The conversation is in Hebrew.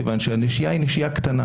מצהירה שהביטוח הלאומי צפוי להיות נושה שלה.